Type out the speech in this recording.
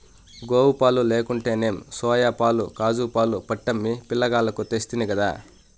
గోవుపాలు లేకుంటేనేం సోయాపాలు కాజూపాలు పట్టమ్మి పిలగాల్లకు తెస్తినిగదా